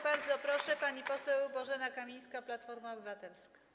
Bardzo proszę, pani poseł Bożena Kamińska, Platforma Obywatelska.